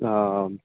आम्